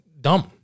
dumb